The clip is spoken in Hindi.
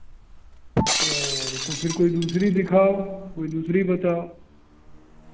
अरे तो फिर कोई दूसरी दिखाओ कोई दूसरी बताओ